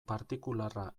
partikularra